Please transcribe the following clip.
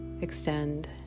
extend